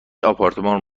آپارتمان